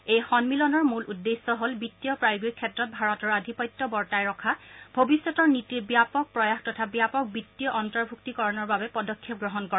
এই সন্মিলনৰ মূল উদ্দেশ্য হ'ল বিশ্বীয় প্ৰায়োগিক ক্ষেত্ৰত ভাৰত আধিপত্য বৰ্তাই ৰখা ভৱিষ্যতৰ নীতিৰ ব্যাপক প্ৰয়াস তথা ব্যাপক বিত্তীয় অন্তৰ্ভুক্তিকৰণৰ বাবে পদক্ষেপ গ্ৰহণ কৰা